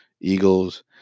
Eagles